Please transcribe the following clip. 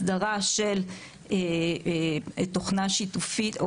הסדרה של תוכנה שיתופית,